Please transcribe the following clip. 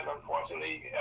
unfortunately